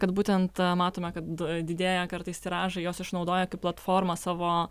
kad būtent matome kad didėja kartais tiražai juos išnaudoja kaip platformą savo